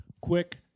Quick